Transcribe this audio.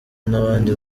n’abandi